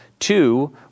two